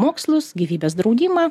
mokslus gyvybės draudimą